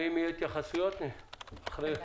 ואם יהיו התייחסויות, אחרי זה.